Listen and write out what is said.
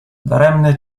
daremny